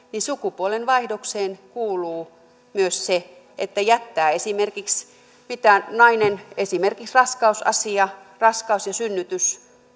sukupuolenvaihdokseen kuuluu myös se että jättää esimerkiksi esimerkiksi raskausasiat raskaus ja synnytys